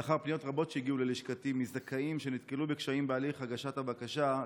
לאחר פניות רבות שהגיעו ללשכתי מזכאים שנתקלו בקשיים בהליך הגשת הבקשה,